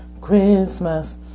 Christmas